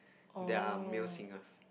that are male singers